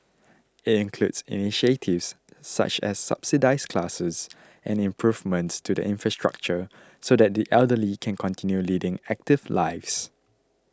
it includes initiatives such as subsidised classes and improvements to the infrastructure so that the elderly can continue leading active lives